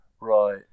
Right